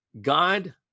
God